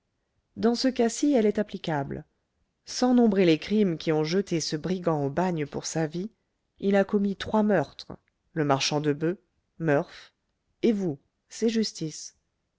dans ce cas ci elle est applicable sans nombrer les crimes qui ont jeté ce brigand au bagne pour sa vie il a commis trois meurtres le marchand de boeufs murph et vous c'est justice